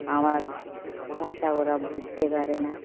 আমার ভাষা ওরা বুঝতে পারে না